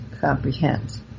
comprehend